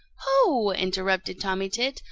ho! interrupted tommy tit,